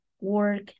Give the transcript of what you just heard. work